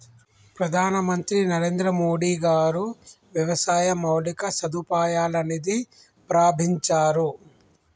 ప్రధాన మంత్రి నరేంద్రమోడీ గారు వ్యవసాయ మౌలిక సదుపాయాల నిధి ప్రాభించారు